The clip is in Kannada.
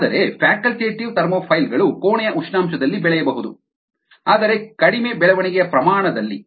ಆದರೆ ಫ್ಯಾಕಲ್ಟೇಟಿವ್ ಥರ್ಮೋಫೈಲ್ ಗಳು ಕೋಣೆಯ ಉಷ್ಣಾಂಶದಲ್ಲಿ ಬೆಳೆಯಬಹುದು ಆದರೆ ಕಡಿಮೆ ಬೆಳವಣಿಗೆಯ ಪ್ರಮಾಣ ನಲ್ಲಿ